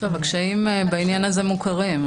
הקשיים בעניין הזה מוכרים.